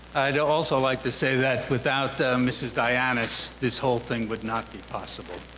i'd also like to say that without mrs. dianis this whole thing would not be possible.